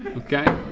okay.